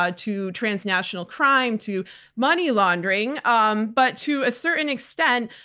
ah to transnational crime, to money laundering. um but to a certain extent,